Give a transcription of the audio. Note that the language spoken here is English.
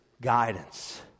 guidance